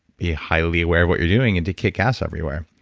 be highly aware of what you're doing and to kick ass everywhere